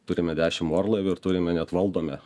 turime dešim orlaivių ir turime net valdome